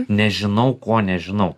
nežinau ko nežinau